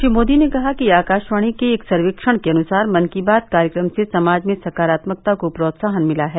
श्री मोदी ने कहा कि आकाशवाणी के एक सर्वेक्षण के अनुसार मन की बात कार्यक्रम से समाज में सकारात्मकता को प्रोत्साहन मिला है